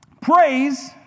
praise